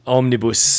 omnibus